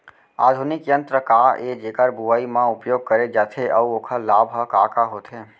आधुनिक यंत्र का ए जेकर बुवाई म उपयोग करे जाथे अऊ ओखर लाभ ह का का होथे?